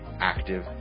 active